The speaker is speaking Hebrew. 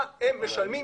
מה הם משלמים?